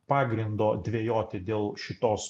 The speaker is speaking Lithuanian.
pagrindo dvejoti dėl šitos